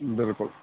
بِلکُل